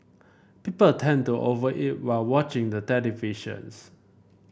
people tend to over eat while watching the televisions